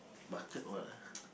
bucket what ah